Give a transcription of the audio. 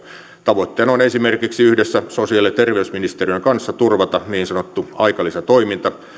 tavoitteena on esimerkiksi yhdessä sosiaali ja terveysministeriön kanssa turvata niin sanottu aikalisä toiminta